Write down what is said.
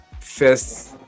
first